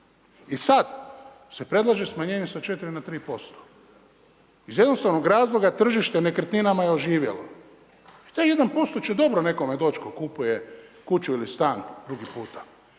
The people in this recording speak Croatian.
I sad se predlaže smanjenje sa 4 na 3%. Iz jednostavnog razloga tržište nekretninama je oživjelo. Taj 1% će dobro nekome doći tko kupuje kuću ili stan drugi puta.